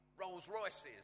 Rolls-Royces